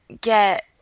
get